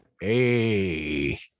hey